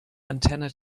antenna